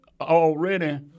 already